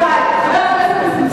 לו.